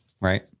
Right